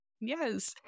Yes